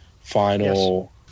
final